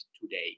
today